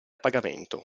pagamento